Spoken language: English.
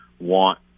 want